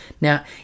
Now